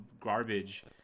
garbage